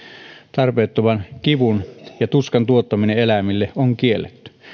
tarpeettoman kivun ja tuskan tuottaminen eläimille on kielletty